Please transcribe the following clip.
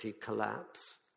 collapse